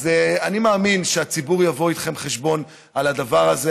אז אני מאמין שהציבור יבוא איתכם חשבון על הדבר הזה,